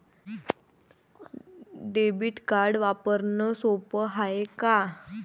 Debit card वापरणं सोप हाय का?